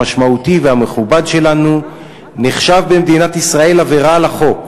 המשמעותי והמכובד שלנו נחשב במדינת ישראל עבירה על החוק.